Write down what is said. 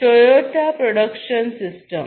Toyota production system